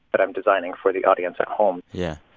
but i'm designing for the audience at home yeah.